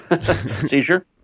Seizure